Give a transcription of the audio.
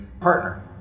partner